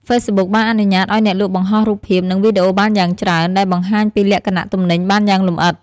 ហ្វេសប៊ុកបានអនុញ្ញាតឱ្យអ្នកលក់បង្ហោះរូបភាព និងវីដេអូបានយ៉ាងច្រើន ដែលបង្ហាញពីលក្ខណៈទំនិញបានយ៉ាងលម្អិត។